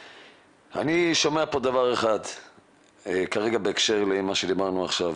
אני שומע כאן דבר אחד בהקשר למה שדיברנו עליו עכשיו.